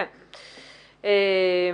בסדר.